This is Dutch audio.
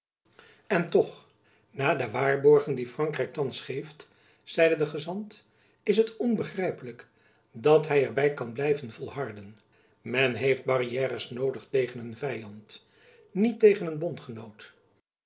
en toch na de waarborgen die frankrijk thands geeft zeide de gezant is het onbegrijpelijk dat hy er by kan blijven volharden men heeft barrières noodig tegen een vyand niet tegen een bondgenoot